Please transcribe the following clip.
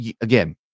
again